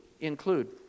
Include